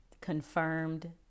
confirmed